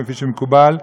כפי שמקובל,